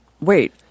wait